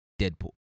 Deadpool